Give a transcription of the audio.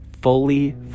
fully